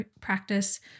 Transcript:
practice